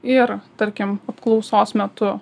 ir tarkim apklausos metu